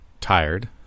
tired